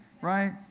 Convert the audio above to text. right